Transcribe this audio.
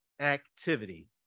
activity